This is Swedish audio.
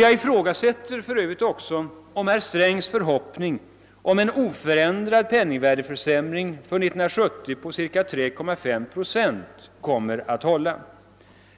Jag ifrågasätter för övrigt också om herr Strängs förhoppning om en oförändrad penningvärdeförsämring för 1970 på cirka 3,5 procent kommer att infrias.